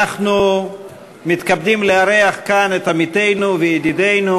אנחנו מתכבדים לארח כאן את עמיתנו וידידנו